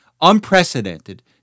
unprecedented